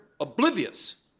oblivious